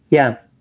yeah,